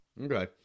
Okay